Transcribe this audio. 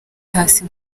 hasi